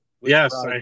Yes